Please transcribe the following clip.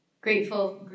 grateful